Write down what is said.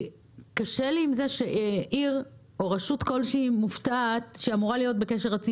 וקשה לי עם זה שעיר או רשות כלשהי מופתעת כשהיא אמורה להיות בקשר רציף.